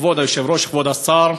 כבוד היושב-ראש, כבוד השר,